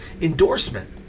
endorsement